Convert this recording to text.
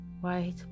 White